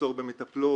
מחסור במטפלות.